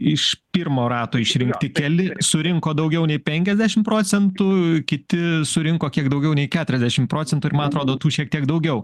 iš pirmo rato išrinkti keli surinko daugiau nei penkiasdešim procentų kiti surinko kiek daugiau nei ketuiasdešim procentų ir man atrodo tų šiek tiek daugiau